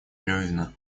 левина